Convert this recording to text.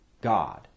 God